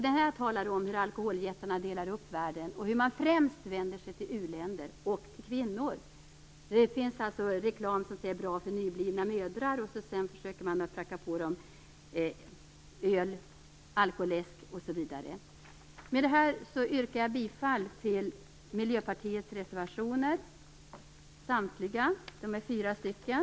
Den talar om hur alkoholjättarna delar upp världen och hur de främst vänder sig till u-länder och till kvinnor. Det finns reklam som säger att en viss produkt är bra för nyblivna mödrar. Företagen försöker pracka på dem öl, alkoläsk osv. Med detta yrkar jag bifall till Miljöpartiets samtliga reservationer. De är fyra stycken.